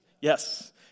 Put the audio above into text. Yes